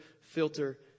filter